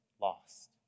lost